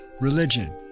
religion